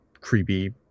creepy